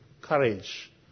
courage